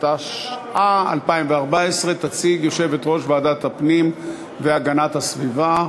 התשע"ה 2014. תציג יושבת-ראש ועדת הפנים והגנת הסביבה,